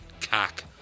cock